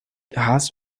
has